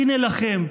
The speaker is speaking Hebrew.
הינה לכם,